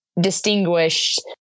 distinguished